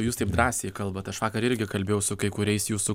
jus taip drąsiai kalbat aš vakar irgi kalbėjau su kai kuriais jūsų